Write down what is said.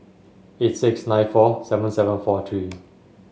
eight six nine four seven seven four three